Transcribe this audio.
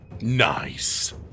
Nice